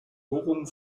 bohrungen